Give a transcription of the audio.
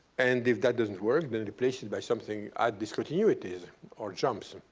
and if that doesn't work, then replace it by something at discontinuities or jumps.